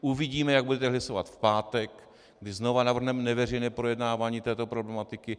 Uvidíme, jak budete hlasovat v pátek, kdy znovu navrhneme neveřejné projednávání této problematiky.